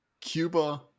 Cuba